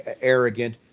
arrogant